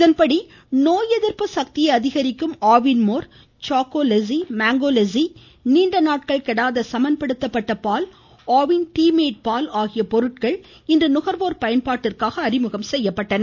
இதன்படி நோய் எதிர்ப்பு சக்தியை அதிகரிக்கும் ஆவின்மோர் சாக்கோ லெஸ்ஸி மேங்கோ லெஸ்ஸி நீண்ட நாட்கள் கெடாத சமன்படுத்தப்பட்ட பால் ஆவின் டீ மேட் பால் ஆகிய பொருட்கள் இன்று நுகர்வோர் பயன்பாட்டிற்காக அறிமுகம் செய்யப்பட்டன